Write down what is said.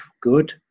good